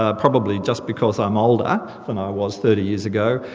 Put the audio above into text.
ah probably just because i'm older than i was thirty years ago,